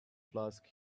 flask